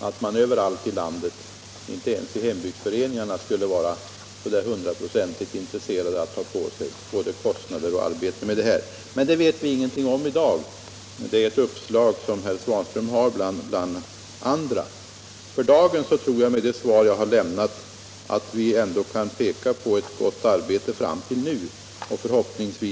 att människor överallt i landet, inte ens i hembygdsföreningarna, är hundraprocentigt intresserade av att ta på sig både kostnader för och arbete med dessa broar. Det vet vi ingenting om i dag. Det är ett uppslag som herr Svanström har bland andra. Vi kan ändå peka på att det hittillsvarande arbetet varit bra — det framgår av mitt svar.